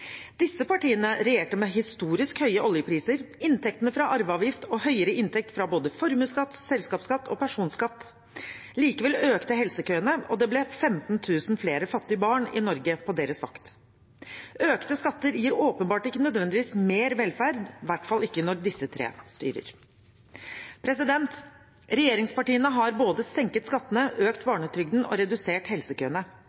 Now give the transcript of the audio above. Disse partiene regjerte med historisk høye oljepriser, inntektene fra arveavgift og høyere inntekt fra både formuesskatt, selskapsskatt og personskatt. Likevel økte helsekøene, og det ble 15 000 flere fattige barn i Norge på deres vakt. Økte skatter gir åpenbart ikke nødvendigvis mer velferd, i hvert fall ikke når disse tre styrer. Regjeringspartiene har både senket skattene, økt